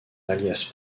alias